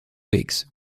weeks